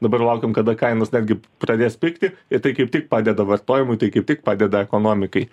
dabar laukiam kada kainos netgi pradės pigti ir tai kaip tik padeda vartojimui tai kaip tik padeda ekonomikai